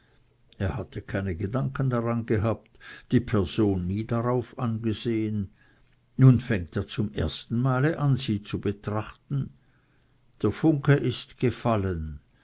er hatte keine gedanken daran gehabt die person nie darauf angesehen nun fängt er zum ersten male an sie zu betrachten der funke ist gefallen